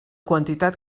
quantitat